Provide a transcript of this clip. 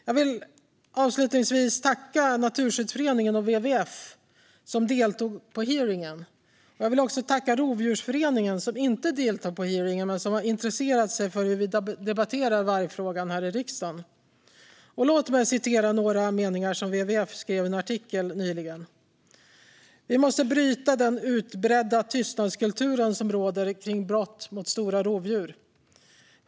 Jag vill tacka Naturskyddsföreningen och WWF, som deltog på hearingen. Jag vill också tacka Rovdjursföreningen, som inte deltog på hearingen men som har intresserat sig för hur vi debatterar vargfrågan i riksdagen. Låt mig citera några meningar som WWF skrev i en artikel nyligen: "Vi måste bryta den utbredda tystnadskulturen som råder kring brott mot stora rovdjur.